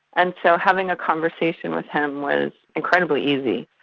and so having a conversation with him was incredibly easy.